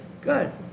Good